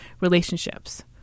relationships